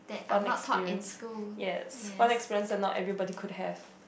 fun experience yes fun experience that not everybody could have